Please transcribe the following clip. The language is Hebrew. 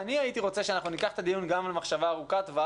אני הייתי רוצה שניקח את הדיון גם למחשבה ארוכת-טווח